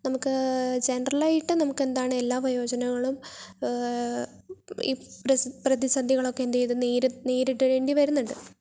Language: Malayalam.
നമുക്ക് ജനറൽ ആയിട്ട് നമുക്ക് എന്താണ് എല്ലാ വയോജനങ്ങളും ഈ പ്രതിസന്ധികളൊക്കെ എന്താണ് നേരിടേണ്ടി വരുന്നുണ്ട്